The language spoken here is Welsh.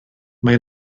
mae